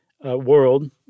world